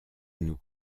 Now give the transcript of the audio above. nous